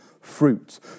fruit